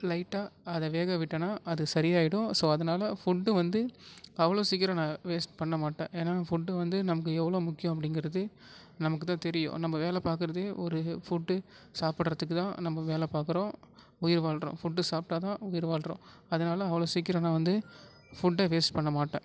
லைட்டாக அதை வேக விட்டேன்னா அது சரியாகிடும் ஸோ அதனால் ஃபுட்டு வந்து அவ்வளோ சீக்கிரம் நான் வேஸ்ட் பண்ண மாட்டேன் ஏன்னா ஃபுட்டு வந்து நமக்கு எவ்வளோ முக்கியம் அப்படிங்கிறது நமக்கு தான் தெரியும் நம்ம வேலை பார்க்குறதே ஒரு ஃபுட்டு சாப்பிட்றதுக்குத்தான் நம்ம வேலை பார்க்குறோம் உயிர் வாழ்கிறோம் ஃபுட்டு சாப்பிட்டா தான் உயிர் வாழ்கிறோம் அதனால் அவ்வளோ சீக்கிரம் நான் வந்து ஃபுட்டை வேஸ்ட் பண்ண மாட்டேன்